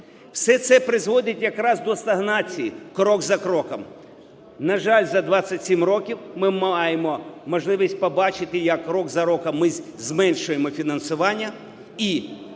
все це призводить якраз до стагнації крок за кроком. На жаль, за 27 років ми маємо можливість побачити, як рік за роком ми зменшуємо фінансування і корелюється